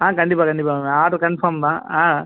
ஆ கண்டிப்பாக கண்டிப்பாக ma'am order confirm தான்